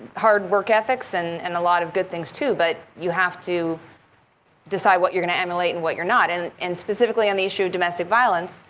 hard work ethics and and a lot of good things, too. but you have to decide what you're going to emulate and what you're not. and and specifically on the issue of domestic violence,